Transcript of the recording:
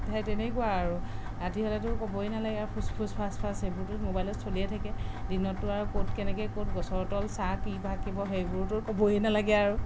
সেই তেনেকুৱা আৰু ৰাতি হ'লেতো ক'বই নালাগে ফুচফুচ ফাচফাচ এইবোৰতো ম'বাইলত চলিয়ে থাকে দিনতটো আৰু ক'ত কেনেকৈ ক'ত গছৰ তল ছাঁ কি বা কি সেইবোৰটো ক'বই নালাগে আৰু